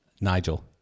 Nigel